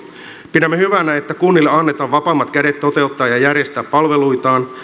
pidämme hyvänä että kunnille annetaan vapaammat kädet toteuttaa ja järjestää palveluitaan